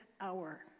hour